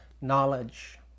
knowledge